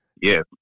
Yes